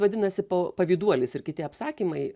vadinasi po pavyduolis ir kiti apsakymai